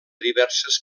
diverses